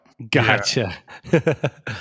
Gotcha